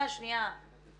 שנייה.